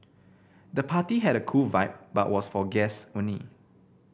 the party had a cool vibe but was for guest only